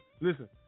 listen